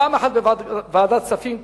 פעם אחת בוועדת הכספים,